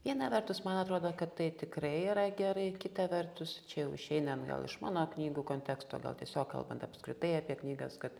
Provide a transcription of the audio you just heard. viena vertus man atrodo kad tai tikrai yra gerai kita vertus čia jau išeinam jau iš mano knygų konteksto gal tiesiog kalbant apskritai apie knygas kad